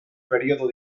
periodo